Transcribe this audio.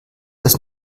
das